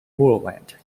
moorland